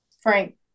Frank